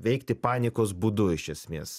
veikti panikos būdu iš esmės